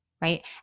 right